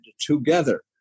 together